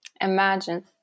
imagine